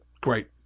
Great